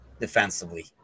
defensively